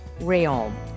Rayon